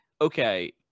okay